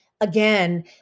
again